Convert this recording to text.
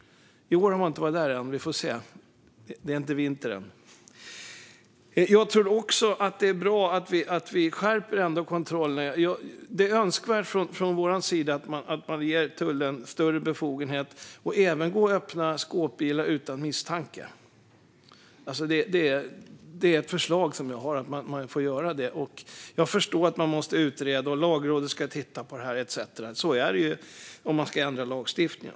I år har de inte varit där än, men vi får se. Det är inte vinter än. Jag tror också att det är bra att vi skärper kontrollerna. Från vår sida är det önskvärt att man ger tullen större befogenhet att även öppna skåpbilar utan misstanke. Det är ett förslag som jag har, att man får göra det. Jag förstår att man måste utreda, att Lagrådet ska titta på det etcetera. Så är det om man ska ändra lagstiftningen.